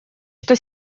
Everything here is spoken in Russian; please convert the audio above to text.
что